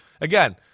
again